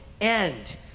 end